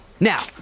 Now